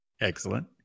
Excellent